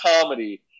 comedy